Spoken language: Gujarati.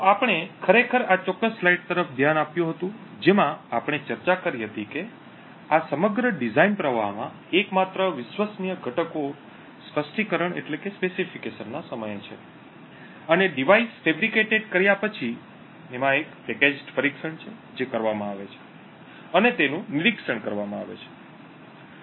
તો આપણે ખરેખર આ ચોક્કસ સ્લાઇડ તરફ ધ્યાન આપ્યું હતું જેમાં આપણે ચર્ચા કરી હતી કે આ સમગ્ર ડિઝાઇન પ્રવાહમાં એકમાત્ર વિશ્વસનીય ઘટકો સ્પષ્ટીકરણ ના સમયે છે અને ડિવાઇસ ફેબ્રિકેટેડ કર્યા પછી એક પેકેજડ પરીક્ષણ છે જે કરવામાં આવે છે અને તેનું નિરીક્ષણ કરવામાં આવે છે